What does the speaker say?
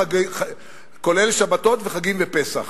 כולל שבתות וחגים ופסח.